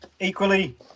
Equally